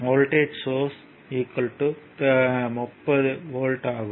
voltage source 30 volt ஆகும்